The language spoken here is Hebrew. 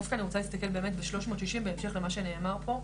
דווקא אני רוצה להסתכל באמת בשלוש מאות שישים בהמשך למה שנאמר פה.